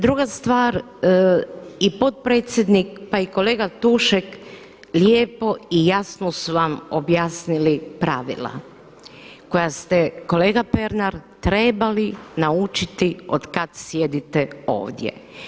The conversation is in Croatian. Druga stvar, i potpredsjednik pa i kolega Tušek lijepo i jasno su vam objasnili pravila koja ste, kolega Pernar, trebali naučiti od kad sjedite ovdje.